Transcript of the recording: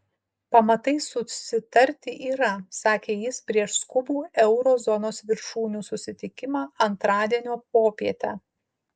pamatai susitarti yra sakė jis prieš skubų euro zonos viršūnių susitikimą antradienio popietę